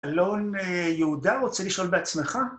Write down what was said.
אלון יהודה רוצה לשאול בעצמך?